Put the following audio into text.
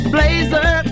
Blazer